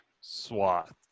swath